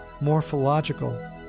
morphological